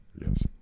Yes